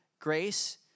grace